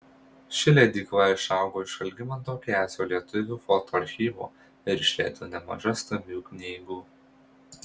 ši leidykla išaugo iš algimanto kezio lietuvių foto archyvo ir išleido nemaža stambių knygų